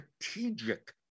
strategic